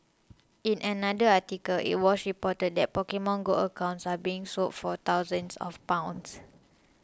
in another article it was reported that Pokemon Go accounts are being sold for thousands of pounds